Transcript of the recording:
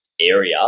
area